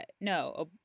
no